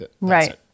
Right